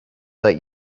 like